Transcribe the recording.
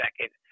second